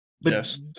Yes